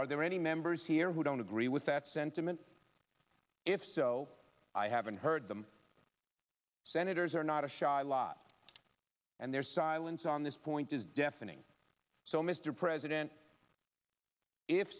are there any members here who don't agree with that sentiment if so i haven't heard them senators are not a shot a lot and their silence on this point is deafening so mr president if